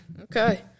okay